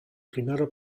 primera